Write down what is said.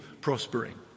prospering